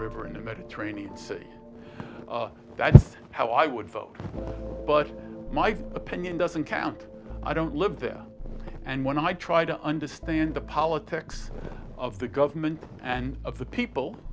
river and the mediterranean sea that's how i would vote but my opinion doesn't count i don't live there and when i try to understand the politics of the government and of the people